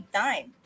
time